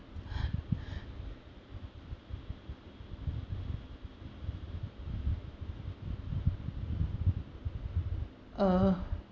uh